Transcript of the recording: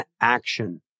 action